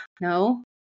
no